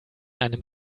einem